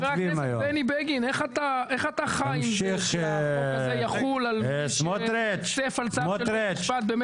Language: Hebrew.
חבר הכנסת בני בגין איך אתה חי עם זה שהחוק הזה יחול על --- אם הוא